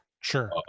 Sure